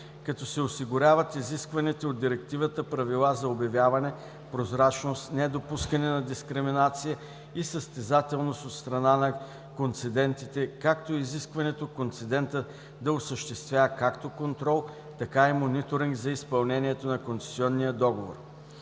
като се осигуряват изискваните от Директивата правила за обявяване, прозрачност, недопускане на дискриминация и състезателност от страна на концедентите, както и изискването концедентът да осъществява както контрол, така и мониторинг за изпълнението на концесионния договор.